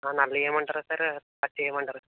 నల్లవి వేయమంటారా సార్ పచ్చవి వేయమంటారా